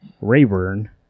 Rayburn